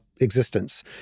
existence